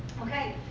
okay